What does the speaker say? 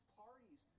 parties